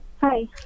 Hi